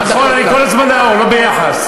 נכון, אני כל הזמן נאור, לא ביחס.